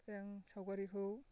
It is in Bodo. आं सावगारिखौ